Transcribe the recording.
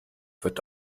wird